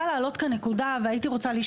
זה לא משהו שאפשר